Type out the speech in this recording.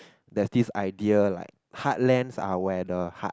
that's this idea like heartland are where the heart